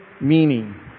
meaning